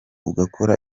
ugakora